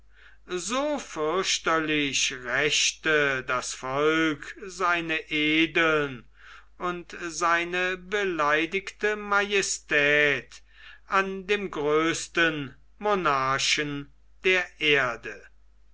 so fürchterlich rächte das volk seine edeln und seine beleidigte majestät an dem größten monarchen der erde